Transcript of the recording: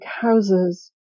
houses